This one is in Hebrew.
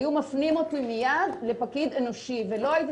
היו מפנים אותי מייד לפקיד אנושי ולא הייתי